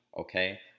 Okay